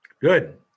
Good